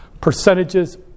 Percentages